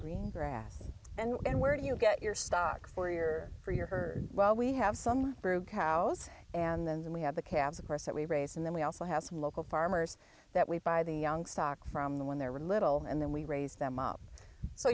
green grass and where do you get your stock for your for your herd well we have some brew cows and then we have calves of course that we raise and then we also have some local farmers that we buy the young stock from the when they were little and then we raised them up so